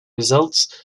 results